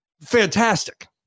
fantastic